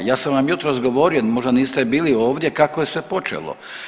Ja sam vam jutros govorio, možda niste bili ovdje kako je sve počelo.